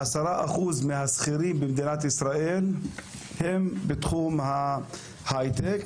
10% מהשכירים במדינת ישראל הם בתחום ההייטק